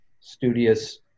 studious